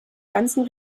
ganzen